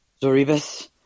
Zoribus